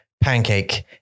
pancake